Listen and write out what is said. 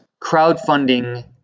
crowdfunding